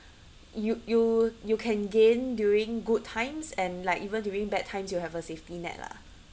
you you you can gain during good times and like even during bad times you'll have a safety net lah